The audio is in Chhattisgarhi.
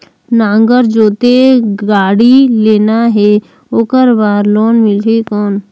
नागर जोते गाड़ी लेना हे ओकर बार लोन मिलही कौन?